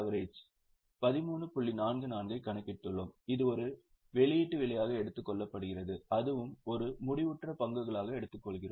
44 ஐ கணக்கிட்டுள்ளோம் அது ஒரு வெளியீட்டு விலையாக எடுத்துக் கொள்ளப்படுகிறது அதுவும் ஒரு முடிவுற்ற பங்காக எடுத்துக்கொள்கிறோம்